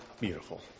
beautiful